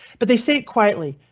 but they say it quietly.